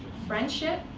friendship,